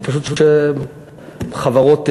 שזה פשוט שחברות ייקחו.